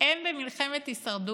קודם כול תכירו שאין דמוקרטיה.